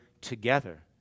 together